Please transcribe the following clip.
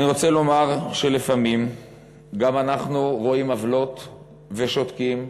אני רוצה לומר שלפעמים גם אנחנו רואים עוולות ושותקים,